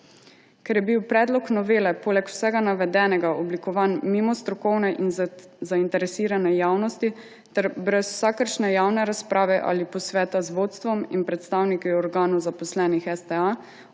Ker je bil predlog novele poleg vsega navedenega oblikovan mimo strokovne in zainteresirane javnosti ter brez vsakršne javne razprave ali posveta z vodstvom in predstavniki organov zaposlenih STA,